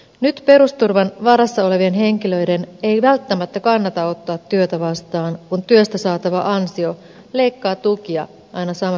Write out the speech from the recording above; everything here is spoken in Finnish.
nyt perusturvan varassa olevien henkilöiden ei välttämättä kannata ottaa työtä vastaan kun työstä saatava ansio leikkaa tukia aina samassa suhteessa